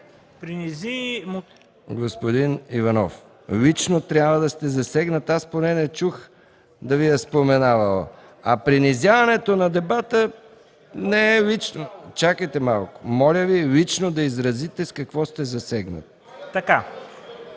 МИКОВ: Господин Иванов, лично трябва да сте засегнат. Аз поне не чух да Ви е споменавал, а принизяването на дебата не е лично. (Шум и реплики.) Моля Ви лично да изразите с какво сте засегнат. (Шум